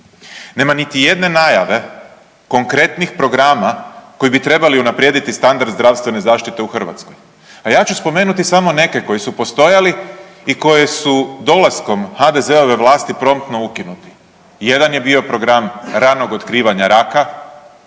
Nema niti jedne najave konkretnih programa koji bi trebali unaprijediti standard zdravstvene zaštite u Hrvatskoj. A ja ću spomenuti samo neke koji su postojali i koji su dolaskom HDZ-ove vlasti promptno ukinuti. Jedan je bio Program ranog otkrivanja raka,